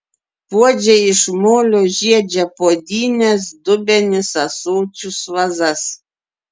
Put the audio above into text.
puodžiai iš molio žiedžia puodynes dubenis ąsočius vazas